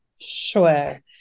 Sure